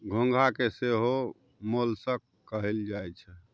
घोंघा के सेहो मोलस्क कहल जाई छै